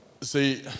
See